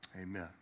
Amen